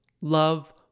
love